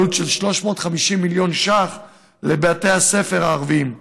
בעלות של 350 מיליון ש"ח לבתי הספר הערביים.